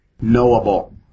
knowable